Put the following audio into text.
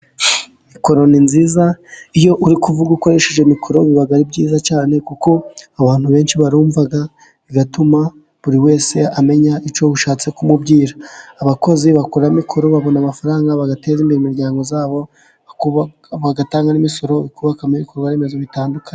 Mikoro ni nziza, iyo uri kuvuga ukoresheje mikoro biba ari byiza cyane, kuko abantu benshi barumva bigatuma buri wese amenya icyo ushatse kumubwira, abakozi bakora mikoro babona amafaranga bagateza imbere imiryango yabo, bagatanga n'imisoro, bakubakamo ibikorwaremezo bitandukanye.